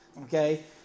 okay